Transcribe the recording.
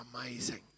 amazing